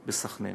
בסח'נין.